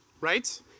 right